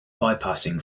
bypassing